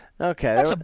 Okay